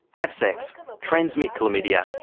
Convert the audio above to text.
have sex, transmit chlamydia,